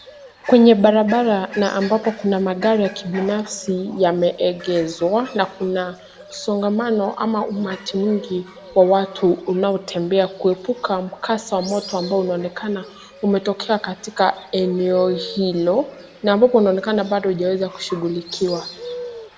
Kwenye barabara na ambapo kuna magari ya kibinafsi yameegeshwa na kuna msongamano ama kundi la watu unatembea kuepuka mkasa wa moto ambao unaonekana umetokea katika eneo hilo na ambapo unaonekana Bado haijaweza kushughulikiwa.